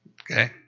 okay